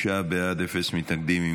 תשעה בעד, אפס מתנגדים.